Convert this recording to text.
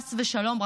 חס ושלום,